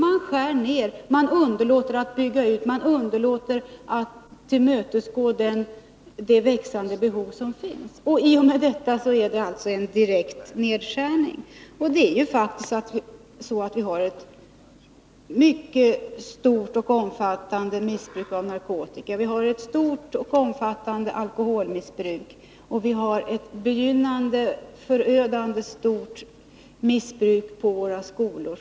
Man skär ned, man underlåter att bygga ut, man underlåter att tillmötesgå det växande behovet. I och med detta är det alltså en direkt nedskärning. Vi har faktiskt ett mycket stort och omfattande missbruk av narkotika, vi har ett stort och omfattande alkoholmissbruk och vi har ett begynnande, förödande stort missbruk på våra skolor.